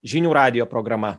žinių radijo programa